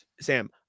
Sam